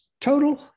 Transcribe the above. total